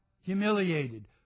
humiliated